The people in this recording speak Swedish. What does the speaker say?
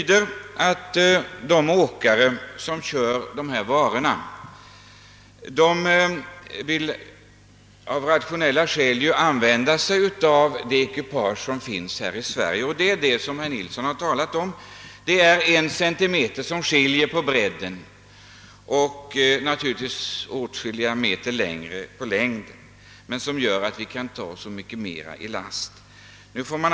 De åkare som kör dessa varor vill av rationella skäl använda de ekipage som finns här i Sverige. Som herr Nilsson i Östersund sade skiljer det 5 centimeter på bredden och naturligtvis åtskilligt mer på längden, men detta gör att man kan ta så mycket mera i last.